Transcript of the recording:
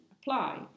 apply